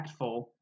impactful